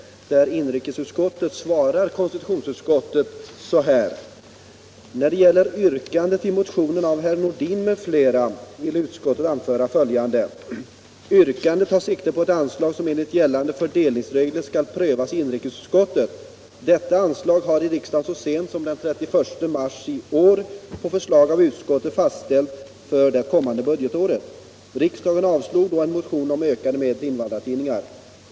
Inrikesutskottet svarar konstitutionsutskottet så här: ”När det gäller yrkandet i motionen av herr Nordin m.fl. vill utskottet anföra följande. Yrkandet tar sikte på ett anslag som enligt gällande fördelningsregler skall prövas i inrikesutskottet. Detta anslag har riksdagen så sent som den 31 mars i år på förslag av utskottet fastställt för det kommande budgetåret. Riksdagen avslog då en motion om ökade medel till invandrartidningar.